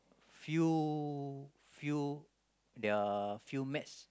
few few their few match